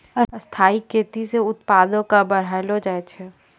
स्थाइ खेती से उत्पादो क बढ़लो जाय छै